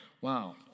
Wow